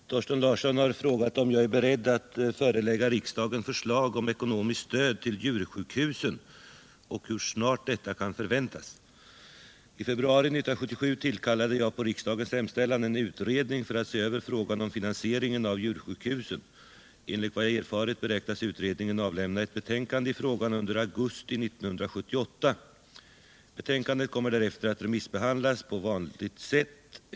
Herr talman! Thorsten Larsson har frågat om jag är beredd att förelägga riksdagen förslag om ekonomiskt stöd till djursjukhusen och hur snart detta kan förväntas. I februari 1977 tillkallade jag på riksdagens hemställan en utredning för att se över frågan om finansieringen av djursjukhusen. Enligt vad jag erfarit beräknas utredningen avlämna ett betänkande i frågan under augusti 1978. Betänkandet kommer därefter att remissbehandlas på sedvanligt sätt.